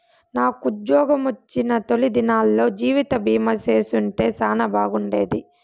నాకుజ్జోగమొచ్చిన తొలి దినాల్లో జీవితబీమా చేసుంటే సానా బాగుండేది